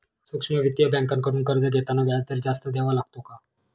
सूक्ष्म वित्तीय बँकांकडून कर्ज घेताना व्याजदर जास्त द्यावा लागतो का?